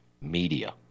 media